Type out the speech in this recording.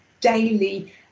daily